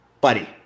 Buddy